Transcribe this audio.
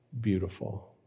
beautiful